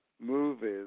movies